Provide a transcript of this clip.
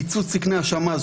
קיצוץ תקני השמ"ז,